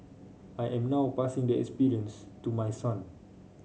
I am now passing the experience to my son